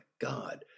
God